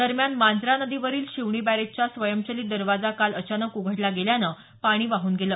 दरम्यान मांजरा नदीवरील शिवणी बॅरेजचा स्वंयचलीत दरवाजा काल अचानक उघडला गेल्यानं पाणी वाहून गेलं